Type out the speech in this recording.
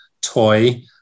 toy